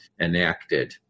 enacted